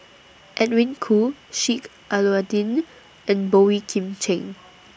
Edwin Koo Sheik Alau'ddin and Boey Kim Cheng